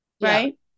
Right